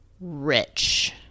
rich